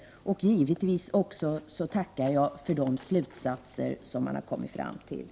Givetvis tackar jag också för de slutsatser som man har kommit fram till.